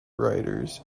riders